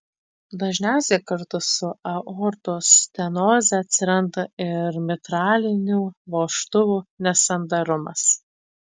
dažniausiai kartu su aortos stenoze atsiranda ir mitralinių vožtuvų nesandarumas